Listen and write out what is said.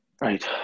right